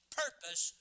purpose